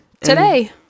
today